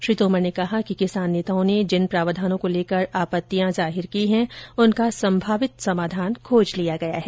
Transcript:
श्री तोमर ने कहा कि किसान नेताओं ने जिन प्रावधानों को लेकर आपत्तियां जाहिर की हैं उनका संभावित समाधान खोज लिया गया है